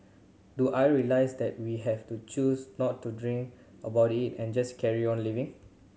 do I realize that we have to choose not to drink about it and just carry on living